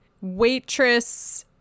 waitress